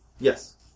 Yes